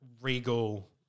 regal